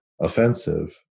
offensive